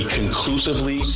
conclusively